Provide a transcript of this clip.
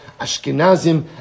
Ashkenazim